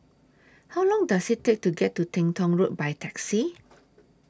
How Long Does IT Take to get to Teng Tong Road By Taxi